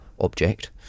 object